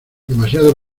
demasiado